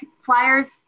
Flyers